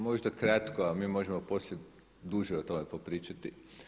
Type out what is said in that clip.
Možda kratko a mi možemo poslije duže o tome popričati.